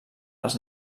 les